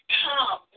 come